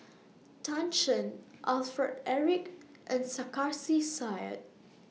Tan Shen Alfred Eric and Sarkasi Said